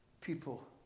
people